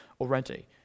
already